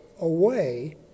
away